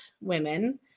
women